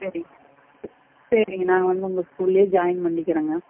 சரிங்க சரி சரிங்க நாங்கள் வந்து உங்கள் ஸ்கூல்லேயே ஜாயின் பண்ணிக்கிறோங்க